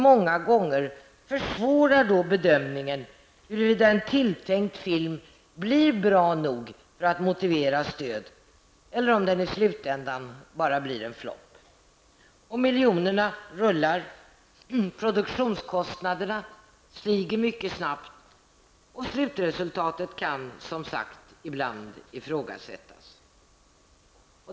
Många gånger försvårar detta bedömningen, huruvida en tilltänkt film blir bra nog för att motivera stöd eller om den i slutändan bara blir en flopp. Miljonerna rullar. Produktionskostnaderna stiger mycket snabbt, och slutresultatet kan, som sagt, ibland ifrågasättas.